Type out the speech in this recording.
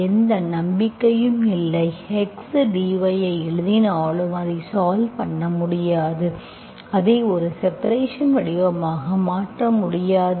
எந்த நம்பிக்கையும் இல்லை x dy ஐ எழுதினாலும் அதை சால்வ் பண்ண முடியாது அதை ஒரு செப்பரேஷன் வடிவமாக மாற்ற முடியாது